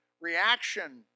Reaction